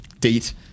date